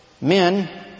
Men